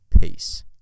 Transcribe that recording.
Peace